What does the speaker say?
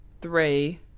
three